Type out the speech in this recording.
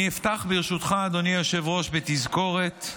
אני אפתח, ברשותך, אדוני היושב-ראש, בתזכורת.